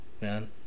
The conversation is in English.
man